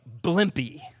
Blimpy